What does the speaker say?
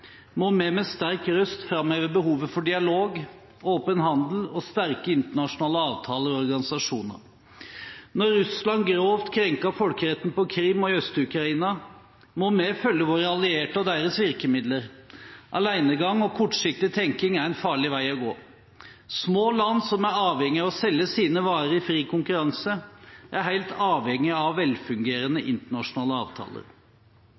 må vi med sterk røst framheve behovet for dialog, åpen handel og sterke internasjonale avtaler og organisasjoner. Når Russland grovt krenker folkeretten på Krim og i Øst-Ukraina, må vi følge våre allierte og deres virkemidler. Alenegang og kortsiktig tenkning er en farlig vei å gå. Små land som er avhengig av å selge sine varer i fri konkurranse, er helt avhengig av velfungerende internasjonale avtaler.